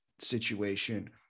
situation